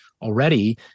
already